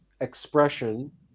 expression